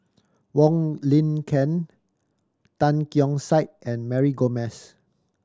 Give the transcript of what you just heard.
Wong Lin Ken Tan Keong Saik and Mary Gomes